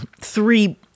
three